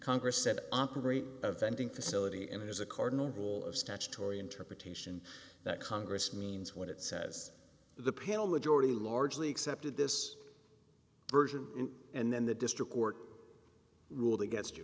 congress said operate a vending facility and it is a cardinal rule of statutory interpretation that congress means what it says the pale majority largely accepted this version and then the district court ruled against you